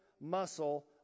muscle